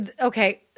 okay